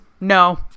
no